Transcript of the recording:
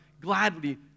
gladly